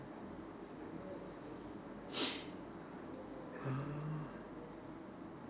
uh